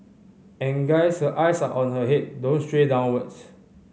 and guys her eyes are on her head don't stray downwards